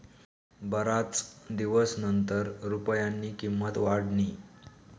बराच दिवसनंतर रुपयानी किंमत वाढनी